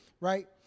right